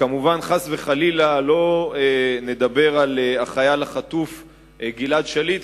וכמובן חס וחלילה לא נדבר על החייל החטוף גלעד שליט,